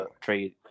Trade